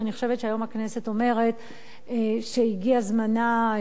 שאני חושבת שהיום הכנסת אומרת שהגיע זמנה,